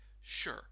sure